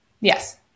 Yes